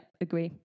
agree